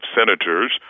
senators